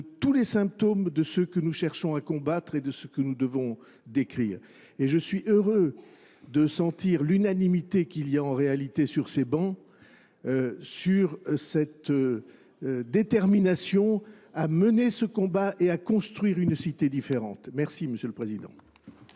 tous les symptômes de ce que nous cherchons à combattre et de ce que nous devons décrire. Et je suis heureux de sentir l'unanimité qu'il y a en réalité sur ces bancs, sur cette détermination à mener ce combat et à construire une cité différente. Merci, monsieur le Président.